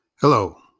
Hello